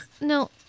No